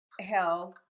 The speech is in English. hell